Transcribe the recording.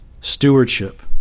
Stewardship